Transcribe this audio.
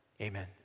Amen